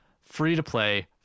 free-to-play